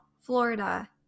Florida